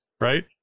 right